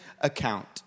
account